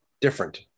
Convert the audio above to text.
different